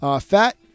Fat